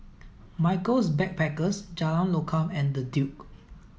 Michaels Backpackers Jalan Lokam and The Duke